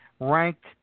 Ranked